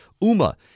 UMA